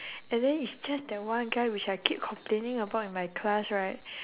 and then it's just that one guy which I keep complaining about in my class right